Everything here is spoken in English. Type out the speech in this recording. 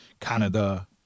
Canada